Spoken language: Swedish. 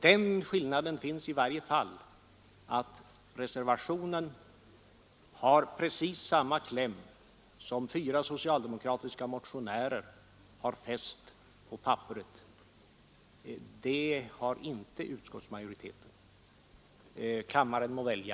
Den skillnaden finns i varje fall att reservationen har precis samma kläm som fyra socialdemokratiska motionärer har fäst på papperet; det har inte utskottsmajoriteten. Kammaren må välja!